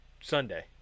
Sunday